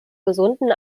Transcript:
gesunden